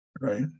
right